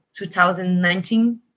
2019